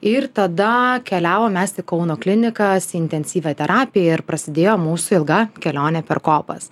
ir tada keliavom mes į kauno klinikas į intensyvią terapiją ir prasidėjo mūsų ilga kelionė per kopas